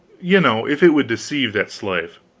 you know, if it would deceive that slave.